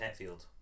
Hetfield